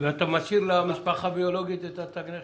משאיר למשפחה הביולוגית את תג הנכה.